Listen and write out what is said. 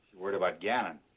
worried about gannon.